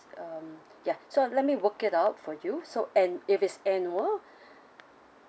um ya so let me work it out for you so and if it's annual